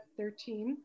13